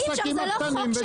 זה קשקוש.